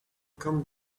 come